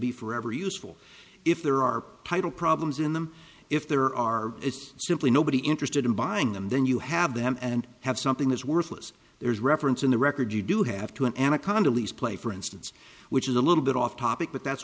be forever useful if there are title problems in them if there are it's simply nobody interested in buying them then you have them and have something as worthless there's reference in the record you do have to an anaconda lease play for instance which is a little bit off topic but that's